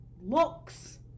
looks